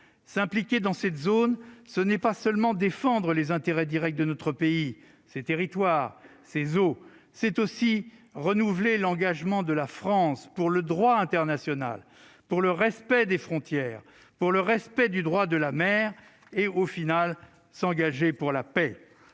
S'impliquer dans cette zone, ce n'est pas seulement défendre les intérêts directs de notre pays, ses territoires ou ses eaux : c'est aussi renouveler l'engagement de la France pour le droit international, pour le respect des frontières, pour le respect du droit de la mer et, finalement, pour la paix.